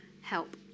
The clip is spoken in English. help